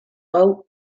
hau